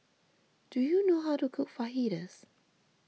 do you know how to cook Fajitas